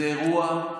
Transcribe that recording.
זה אירוע,